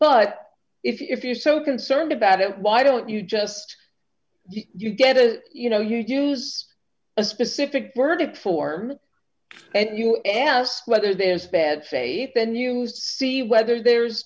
but if you're so concerned about it why don't you just you get it you know you use a specific verdict form and you ask whether there is bad faith then use see whether there's